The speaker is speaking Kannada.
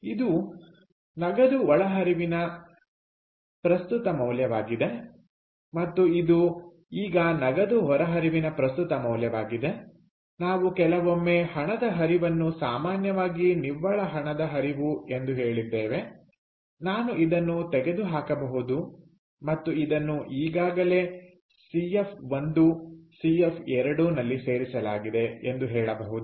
ಇದು ನಗದು ಒಳಹರಿವಿನ ಪ್ರಸ್ತುತ ಮೌಲ್ಯವಾಗಿದೆ ಮತ್ತು ಇದು ಈಗ ನಗದು ಹೊರಹರಿವಿನ ಪ್ರಸ್ತುತ ಮೌಲ್ಯವಾಗಿದೆ ನಾವು ಕೆಲವೊಮ್ಮೆ ಹಣದ ಹರಿವನ್ನು ಸಾಮಾನ್ಯವಾಗಿ ನಿವ್ವಳ ಹಣದ ಹರಿವು ಎಂದು ಹೇಳಿದ್ದೇವೆ ನಾನು ಇದನ್ನು ತೆಗೆದುಹಾಕಬಹುದು ಮತ್ತು ಇದನ್ನು ಈಗಾಗಲೇ ಸಿಎಫ್1 ಸಿಎಫ್2 ನಲ್ಲಿ ಸೇರಿಸಲಾಗಿದೆ ಎಂದು ಹೇಳಬಹುದು